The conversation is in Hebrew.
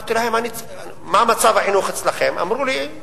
אמרתי להם, מה מצב החינוך אצלכם, אמרו לי: